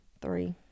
three